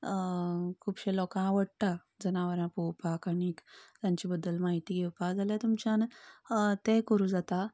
खुबश्या लोकांक आवडटा जनावरां पळोवपाक आनीक तांचे बद्दल माहिती घेवपाक जाल्यार तुमच्यान तें करूंक जाता